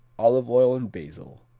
olive oil and basil,